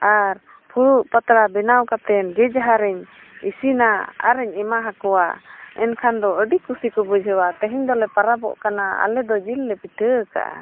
ᱟᱨ ᱯᱷᱩᱲᱩᱜ ᱯᱟᱛᱲᱟ ᱵᱮᱱᱟᱣ ᱠᱟᱛᱮᱫ ᱡᱮ ᱡᱟᱦᱟᱨᱤᱧ ᱤᱥᱤᱱᱟ ᱟᱨᱤᱧ ᱮᱢᱟ ᱟᱠᱚᱣᱟ ᱮᱱᱠᱷᱟᱱ ᱫᱚ ᱟᱹᱰᱤ ᱠᱩᱥᱤ ᱠᱚ ᱵᱩᱡᱷᱟᱹᱣᱟ ᱛᱮᱦᱮᱧ ᱫᱚᱞᱮ ᱯᱚᱨᱚᱵᱚᱜ ᱠᱟᱱᱟ ᱟᱞᱮᱫᱚ ᱡᱤᱞ ᱞᱮ ᱯᱤᱴᱷᱟᱹ ᱟᱠᱟᱫᱼᱟ